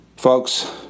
Folks